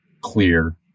clear